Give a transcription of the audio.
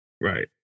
Right